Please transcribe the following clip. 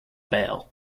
bail